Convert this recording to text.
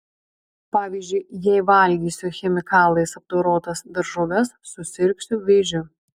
pavyzdžiui jei valgysiu chemikalais apdorotas daržoves susirgsiu vėžiu